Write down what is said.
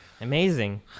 Amazing